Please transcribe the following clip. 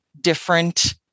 different